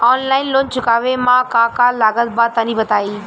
Online loan चुकावे म का का लागत बा तनि बताई?